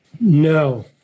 no